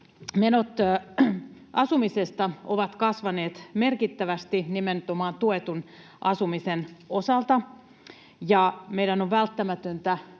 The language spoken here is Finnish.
Menot asumisesta ovat kasvaneet merkittävästi nimenomaan tuetun asumisen osalta, ja meidän on välttämätöntä